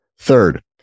Third